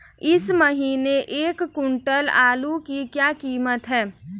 इस महीने एक क्विंटल आलू की क्या कीमत है?